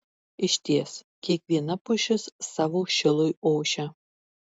išties kiekviena pušis savo šilui ošia